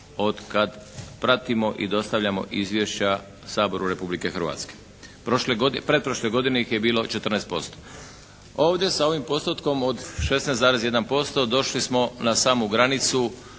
otkad pratimo i dostavljamo izvješća Saboru Republike Hrvatske. Pretprošle godine ih je bilo 14%. Ovdje sa ovim postotkom od 16,1% došli smo na samu granicu